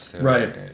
right